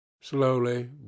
slowly